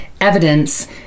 evidence